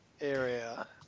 area